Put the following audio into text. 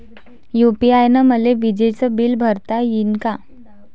UPI न मले विजेचं बिल भरता यीन का?